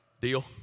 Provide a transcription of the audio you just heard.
Deal